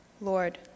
Lord